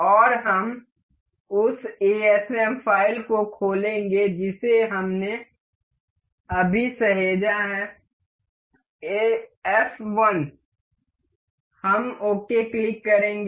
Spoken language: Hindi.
और हम उस एएसएम फ़ाइल को खोलेंगे जिसे हमने अभी सहेजा है एफ 1 हम ओके क्लिक करेंगे